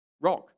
rock